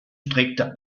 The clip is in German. streckte